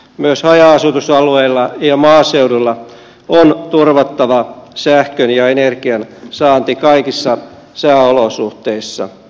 myös haja asutusalueilla ja maaseudulla on turvattava sähkön ja energian saanti kaikissa sääolosuhteissa